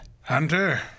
Hunter